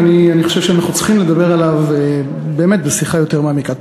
ואני חושב שאנחנו צריכים לדבר עליו באמת בשיחה יותר מעמיקה.